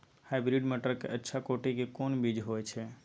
Hybrid मटर के अच्छा कोटि के कोन बीज होय छै?